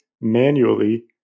manually